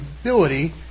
ability